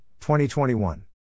2021